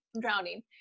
Drowning